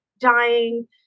dying